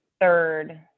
third